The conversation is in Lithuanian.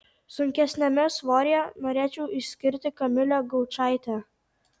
sunkesniame svoryje norėčiau išskirti kamilę gaučaitę